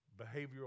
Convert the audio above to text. behavioral